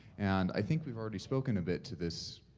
and i think we've already spoken a bit to this,